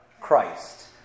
Christ